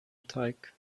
teig